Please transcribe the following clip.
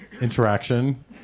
interaction